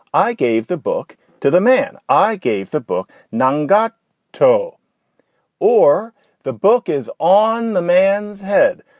i gave the book to the man. i gave the book nun got toe or the book is on the man's head.